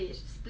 我想吃